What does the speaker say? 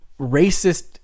racist